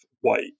white